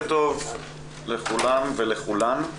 בוקר טוב לכולם ולכולן.